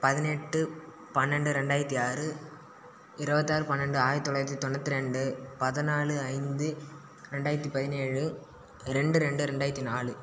பதினெட்டு பன்னெண்டு ரெண்டாயிரத்தி ஆறு இருபத்தி ஆறு பன்னெண்டு ஆயிரத்தி தொள்ளாயிரத்தி தொண்ணூற்றி ரெண்டு பதினாழு ஐந்து ரெண்டாயிரத்தி பதினேழு ரெண்டு ரெண்டு ரெண்டாயிரத்தி நாலு